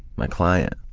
my client.